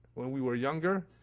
when we were younger?